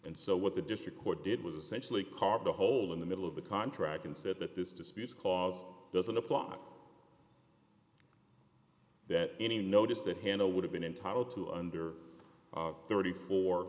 and so what the district court did was essentially carb a hole in the middle of the contract and said that this disputes clause doesn't apply that any notice that hannah would have been entitled to under thirty four